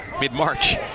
mid-March